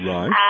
Right